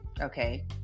okay